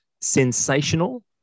sensational